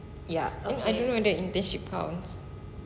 ya I don't know whether internship counts